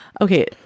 okay